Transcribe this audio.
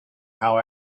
how